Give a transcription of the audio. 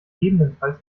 gegebenenfalls